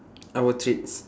our treats